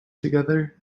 together